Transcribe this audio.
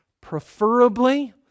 Preferably